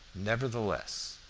nevertheless,